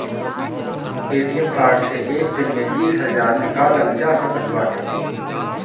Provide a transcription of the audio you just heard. ATM card से एक दिन में बीस हजार निकालल जा सकत बाटे